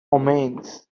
omens